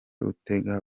utegeka